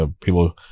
people